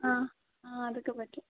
ആ ആ അതൊക്കെ പറ്റും